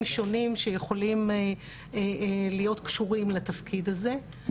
שונים שיכולים להיות קשורים לתפקיד הזה.